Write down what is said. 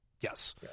yes